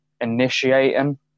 initiating